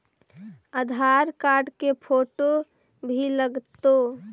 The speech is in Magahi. आधार कार्ड के फोटो भी लग तै?